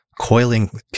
coiling